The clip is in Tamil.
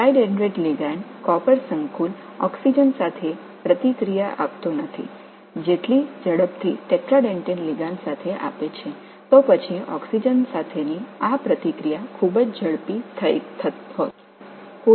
ட்ரைடென்டேட் லிகாண்ட் கலவை ஆக்ஸிஜனுடன் வினைபுரிவதில்லை அது வேகமாக டெட்ராடென்டேட் லிகாண்டாக இருந்தது ஆக்சிஜனுடனான இந்த எதிர்வினை மிக வேகமாக இருந்திருக்கும்